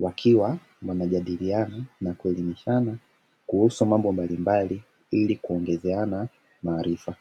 wakiwa wanajadiliana kuelimishana kuhusu mambo mbalimbali ilikuongezeana maarifa.